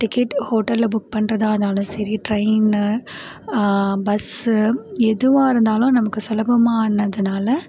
ticket ஹோட்டல்ல book பண்ணுறதாந்தாலும் சரி ட்ரெய்னு பஸ்ஸு எதுவாக இருந்தாலும் நமக்கு சுலபமாக ஆனதனால